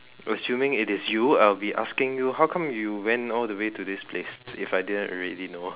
assuming it is you I will be asking you how come you went all the way to this place if I didn't already know